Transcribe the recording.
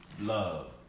love